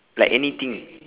like anything